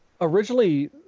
originally